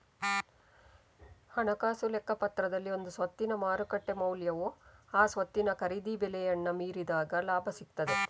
ಹಣಕಾಸು ಲೆಕ್ಕಪತ್ರದಲ್ಲಿ ಒಂದು ಸ್ವತ್ತಿನ ಮಾರುಕಟ್ಟೆ ಮೌಲ್ಯವು ಆ ಸ್ವತ್ತಿನ ಖರೀದಿ ಬೆಲೆಯನ್ನ ಮೀರಿದಾಗ ಲಾಭ ಸಿಗ್ತದೆ